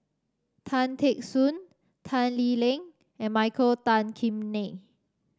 Tan Teck Soon Tan Lee Leng and Michael Tan Kim Nei